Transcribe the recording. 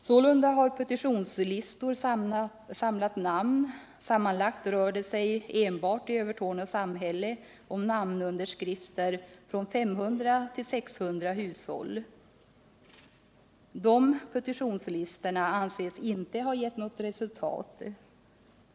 Sålunda har petitionslistor samlat namnunderskrifter från 500-600 hushåll enbart i Övertorneå samhälle. Dessa petitionslistor anses inte ha givit något resultat.